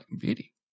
beauty